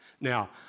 Now